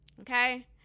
Okay